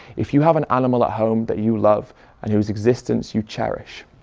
if you have an animal at home that you love and whose existence you cherish.